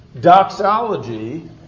doxology